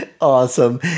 Awesome